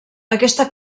aquesta